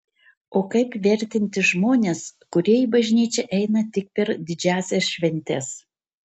o kaip vertinti žmones kurie į bažnyčią eina tik per didžiąsias šventes